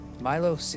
Milo